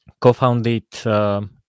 co-founded